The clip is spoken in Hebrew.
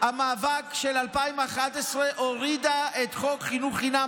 המאבק של 2011 הורידה את חוק חינוך חינם